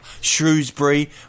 Shrewsbury